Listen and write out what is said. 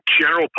general